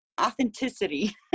authenticity